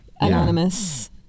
Anonymous